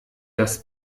das